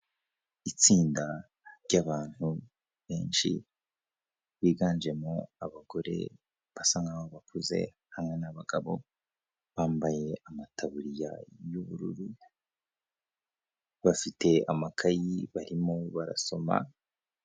Itsinda ryabantu benshi biganjemo abagore basa nk'aho bakuze hamwe n'abagabo, bambaye amataburiya y'ubururu, bafite amakayi barimo barasoma.